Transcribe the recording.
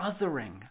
othering